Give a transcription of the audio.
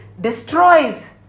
destroys